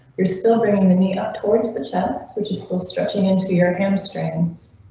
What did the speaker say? you're still bringing the meet up towards the chest, which is still stretching into your hamstrings.